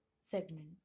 segment